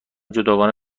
جداگانه